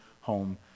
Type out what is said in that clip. home